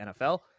NFL